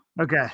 okay